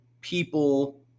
people